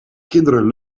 kinderen